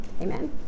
amen